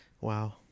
Wow